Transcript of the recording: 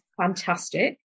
fantastic